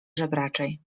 żebraczej